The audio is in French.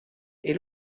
est